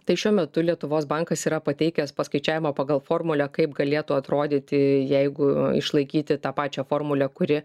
tai šiuo metu lietuvos bankas yra pateikęs paskaičiavimą pagal formulę kaip galėtų atrodyti jeigu išlaikyti tą pačią formulę kuri